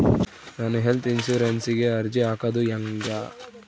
ನಾನು ಹೆಲ್ತ್ ಇನ್ಸುರೆನ್ಸಿಗೆ ಅರ್ಜಿ ಹಾಕದು ಹೆಂಗ?